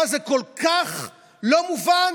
מה, זה כל כך לא מובן?